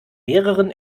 mehreren